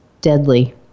deadly